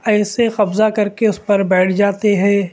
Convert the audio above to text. ایسے قبضہ کر کے اس پر بیٹھ جاتے ہیں